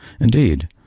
Indeed